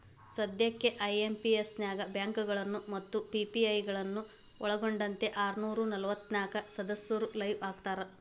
ಸದ್ಯಕ್ಕ ಐ.ಎಂ.ಪಿ.ಎಸ್ ನ್ಯಾಗ ಬ್ಯಾಂಕಗಳು ಮತ್ತ ಪಿ.ಪಿ.ಐ ಗಳನ್ನ ಒಳ್ಗೊಂಡಂತೆ ಆರನೂರ ನಲವತ್ನಾಕ ಸದಸ್ಯರು ಲೈವ್ ಆಗ್ಯಾರ